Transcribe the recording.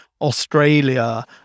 Australia